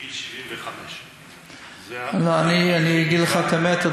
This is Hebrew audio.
מגיל 75. אני אגיד לך את האמת,